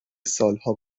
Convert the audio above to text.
سالها